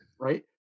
right